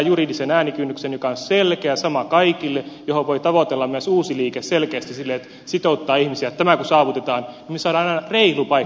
juridinen äänikynnys on selkeä sama kaikille sitä voi tavoitella myös uusi liike selkeästi sillä lailla että sitouttaa ihmisiä niin että kun saavutetaan tämä saadaan aina reilu paikkamäärä